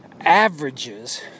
averages